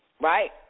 Right